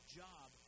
job